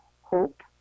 hope